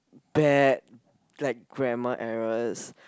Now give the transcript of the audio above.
bad like grammar errors